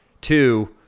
two